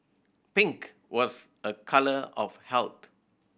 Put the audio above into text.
pink was a colour of health